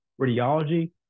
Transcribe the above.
radiology